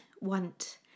want